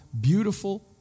beautiful